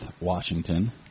Washington